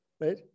Right